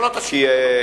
לא תשיב.